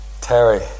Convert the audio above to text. Terry